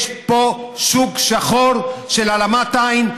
יש פה שוק שחור של העלמת עין,